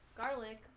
garlic